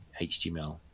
HTML